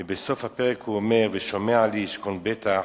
ובסוף הפרק הוא אומר: "ושמע לי ישכן בטח